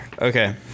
Okay